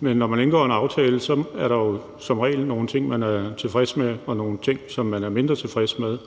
men når man indgår en aftale, er der jo som regel nogle ting, man er tilfreds med, og nogle ting, man er mindre tilfreds med.